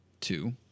two